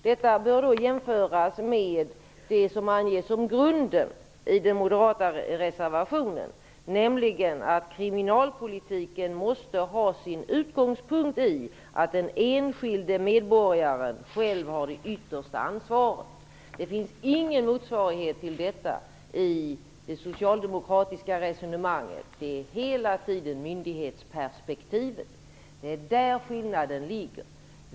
Detta bör jämföras med det som anges som grunden i den moderata reservationen, nämligen att kriminalpolitiken måste ha sin utgångspunkt i att den enskilde medborgaren själv har det yttersta ansvaret. Det finns ingen motsvarighet till detta i det socialdemokratiska resonemanget. Det är hela tiden myndighetsperspektivet. Det är där skillnaden ligger.